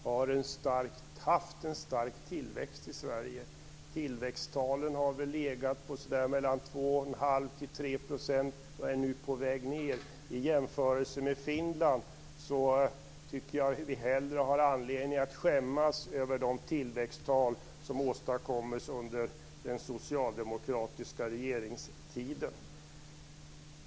Herr talman! Vi har haft en stark tillväxt i Sverige, säger näringsministern. Tillväxttalen har legat på mellan 2 1⁄2 och 3 % och är nu på väg ned. I jämförelse med Finland tycker jag att vi hellre har anledning att skämmas över de tillväxttal som åstadkommits under den socialdemokratiska regeringstiden.